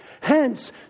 Hence